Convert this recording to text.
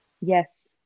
Yes